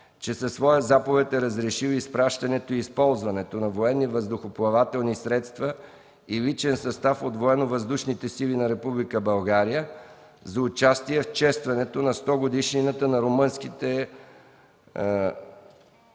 че със своя заповед е разрешил изпращането и използването на военни въздухоплавателни средства и личен състав от Военновъздушните сили на Република България за участие в честването на 100-годишнината на румънските ВВС на